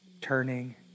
turning